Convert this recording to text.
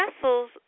vessels